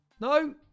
No